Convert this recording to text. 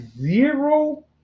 zero